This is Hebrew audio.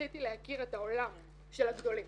רציתי להכיר את העולם של הגדולים.